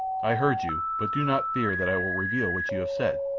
i heard you but do not fear that i will reveal what you have said.